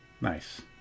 Nice